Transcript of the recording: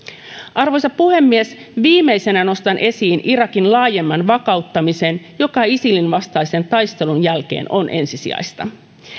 arvoisa puhemies viimeisenä nostan esiin irakin laajemman vakauttamisen joka isilin vastaisen taistelun jälkeen on ensisijaista